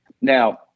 now